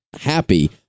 happy